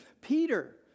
Peter